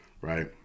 right